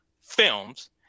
films